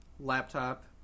Laptop